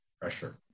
pressure